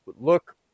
look